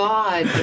God